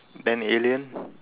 ten alien